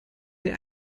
der